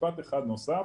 משפט נוסף.